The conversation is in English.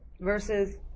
Versus